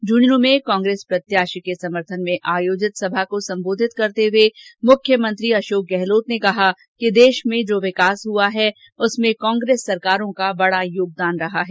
झुंझुनू में कांग्रेस प्रत्याशी के समर्थन में आयोजित सभा को सम्बोधित करते हुए मुख्यमंत्री गहलोत ने कहा कि देश में जो विकास हुआ है उसमें कांग्रेस सरकारों का बडा योगदान रहा है